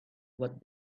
what